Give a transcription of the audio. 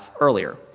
earlier